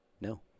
No